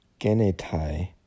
genetai